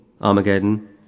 Armageddon